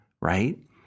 right